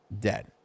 dead